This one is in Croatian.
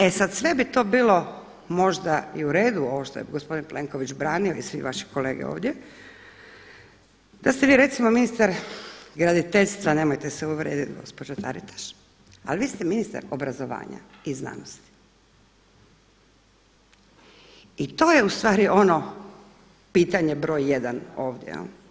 E sada sve bi to bilo možda i u redu ovo što je gospodin Plenković branio i svi vaši kolege ovdje da ste vi recimo ministar graditeljstva, nemojte se uvrijediti gospođo Taritaš, ali vi ste ministar obrazovanja i znanosti i to je u stvari ono pitanje broj jedan ovdje.